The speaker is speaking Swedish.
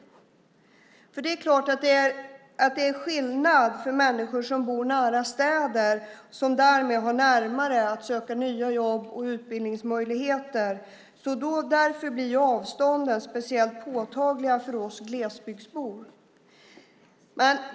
Det är klart att det är skillnad för människor som bor nära städer och därmed har närmare till att söka nya jobb och utbildningsmöjligheter. Därför blir avstånden speciellt påtagliga för oss glesbygdsbor.